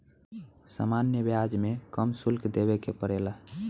सामान्य ब्याज में कम शुल्क देबे के पड़ेला